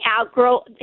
outgrow